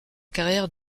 carrière